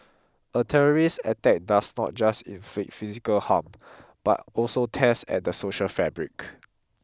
a terrorist attack does not just inflict physical harm but also tears at the social fabric